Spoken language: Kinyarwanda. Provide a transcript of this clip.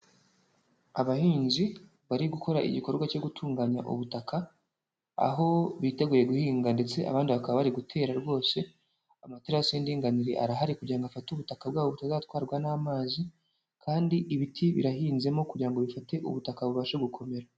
Abahinzi bari gukora igikorwa cyo gutunganya ubutaka, aho biteguye guhinga ndetse abandi bakaba bari gutera rwose, amaterasi y'indinganire arahari kugira ngo afate ubutaka bwabo butazatwarwa n'amazi kandi ibiti birahinzemo kugira ngo bifate ubutaka bubashe gukomera.